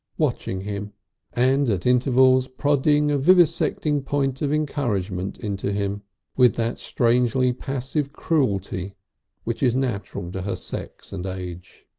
watching him and at intervals prodding a vivisecting point of encouragement into him with that strange like passive cruelty which is natural to her sex and age.